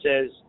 says